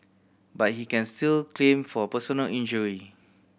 but he can still claim for personal injury